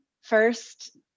first